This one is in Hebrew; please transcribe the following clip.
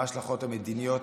מה ההשלכות המדיניות,